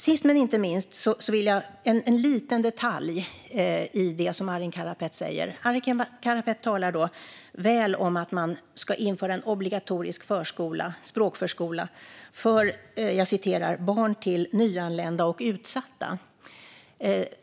Sist men inte minst vill jag ta upp en liten detalj i det som Arin Karapet säger. Arin Karapet talar väl om att man ska införa en obligatorisk språkförskola för "barn till nyanlända och barn i utsatta områden".